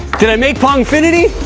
did i make pongfinity?